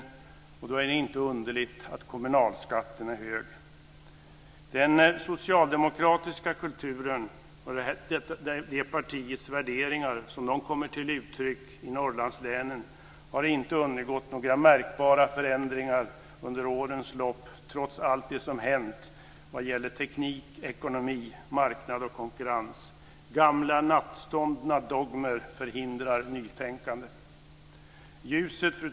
Det är inte underligt att kommunalskatten är hög. Den socialdemokratiska kulturen och detta partis värderingar som de kommer till uttryck i norrlandslänen har inte undergått några märkbara förändringar under årens lopp trots allt det som hänt vad gäller teknik, ekonomi, marknad och konkurrens. Gamla nattståndna dogmer förhindrar nytänkande. Fru talman!